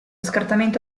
scartamento